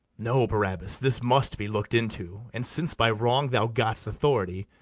no, barabas, this must be look'd into and, since by wrong thou gott'st authority,